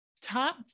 Top